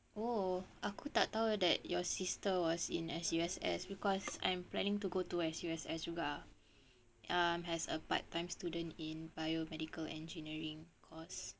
oh aku tak tahu that your sister was in S_U_S_S because I'm planning to go to S_U_S_S juga um as a part time student in biomedical engineering course